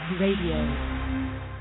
Radio